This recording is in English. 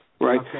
Right